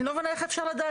אני לא מבינה איך אפשר לדעת,